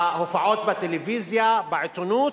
בהופעות בטלוויזיה, בעיתונות,